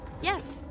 Yes